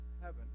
heaven